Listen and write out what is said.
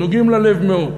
נוגעים ללב מאוד.